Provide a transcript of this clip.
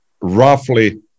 roughly